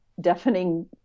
deafening